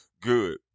Good